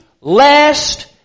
lest